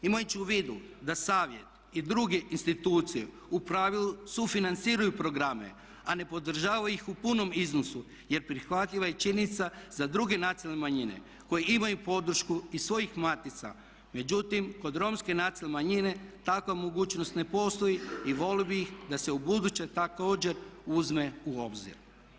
Imajući u vidu da Savjet i druge institucije u pravilu sufinanciraju programe a ne podržavaju ih u punom iznosu jer prihvatljiva je i činjenica za druge nacionalne manjine koje imaju podršku i svojih matica, međutim kod Romske nacionalne manjine takva mogućnost ne postoji i volio bih da se ubuduće također uzme u obzir.